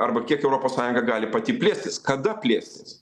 arba kiek europos sąjunga gali pati plėstis kada plėstis